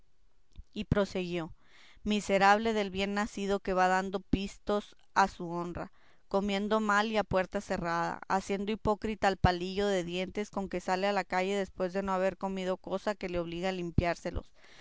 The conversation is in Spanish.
y prosiguió miserable del bien nacido que va dando pistos a su honra comiendo mal y a puerta cerrada haciendo hipócrita al palillo de dientes con que sale a la calle después de no haber comido cosa que le obligue a limpiárselos